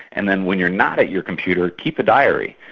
and then when you're not at your computer, keep a diary,